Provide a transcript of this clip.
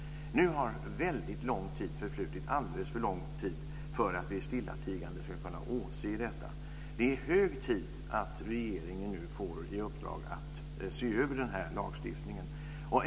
Nu har alldeles för lång tid förflutit för att vi stillatigande ska kunna åse detta. Det är hög tid att regeringen får i uppdrag att se över den här lagstiftningen.